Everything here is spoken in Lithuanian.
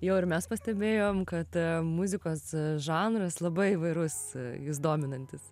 jau ir mes pastebėjom kad muzikos žanras labai įvairus jus dominantis